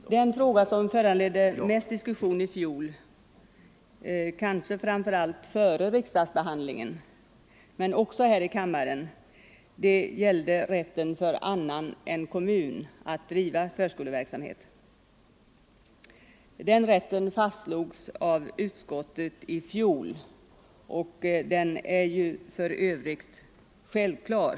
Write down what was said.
Den fråga som föranledde mest diskussion i fjol — kanske framför allt före riksdagsbehandlingen men också här i kammaren — gällde rätten för annan än kommun att driva förskoleverksamhet. Den rätten fastslogs av utskottet i fjol och är för övrigt självklar.